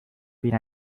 been